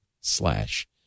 slash